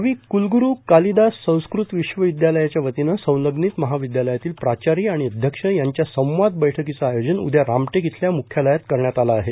कवि कुलगुरू कालिदास संस्कृत विश्वविद्यालयाच्या वतीनं संलग्नित महाविद्यालयातील प्राचार्य आणि अध्यक्ष यांच्या संवाद बैठकीचं आयोजन उद्या रामटेक इथल्या मुख्यालयात करण्यात आलं आहे